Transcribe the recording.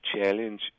challenge